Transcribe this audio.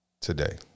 today